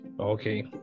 Okay